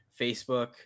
Facebook